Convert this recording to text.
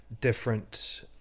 different